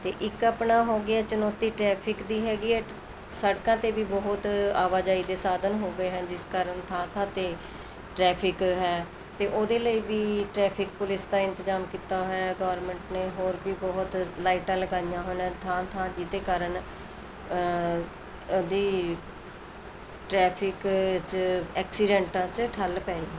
ਅਤੇ ਇੱਕ ਆਪਣਾ ਹੋ ਗਿਆ ਚੁਣੌਤੀ ਟਰੈਫਿਕ ਦੀ ਹੈਗੀ ਹੈ ਸੜਕਾਂ 'ਤੇ ਵੀ ਬਹੁਤ ਆਵਾਜਾਈ ਦੇ ਸਾਧਨ ਹੋ ਗਏ ਹਨ ਜਿਸ ਕਾਰਨ ਥਾਂ ਥਾਂ 'ਤੇ ਟਰੈਫਿਕ ਹੈ ਅਤੇ ਉਹਦੇ ਲਈ ਵੀ ਟਰੈਫਿਕ ਪੁਲਿਸ ਦਾ ਇੰਤਜ਼ਾਮ ਕੀਤਾ ਹੋਇਆ ਗੌਰਮੈਂਟ ਨੇ ਹੋਰ ਵੀ ਬਹੁਤ ਲਾਈਟਾਂ ਲਗਾਈਆਂ ਹਨ ਥਾਂ ਥਾਂ ਜਿਹਦੇ ਕਾਰਨ ਉਹਦੀ ਟਰੈਫਿਕ 'ਚ ਐਕਸੀਡੈਂਟਾਂ 'ਚ ਠੱਲ੍ਹ ਪਏਗੀ